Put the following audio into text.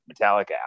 metallica